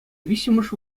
виҫҫӗмӗш